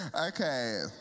Okay